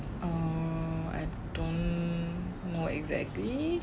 err I don't know exactly